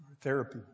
Therapy